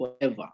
forever